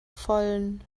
vollen